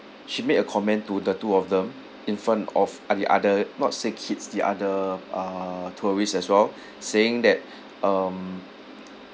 she made a comment to the two of them in front of uh the other not say kids the other uh tourists as well saying that um